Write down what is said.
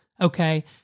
okay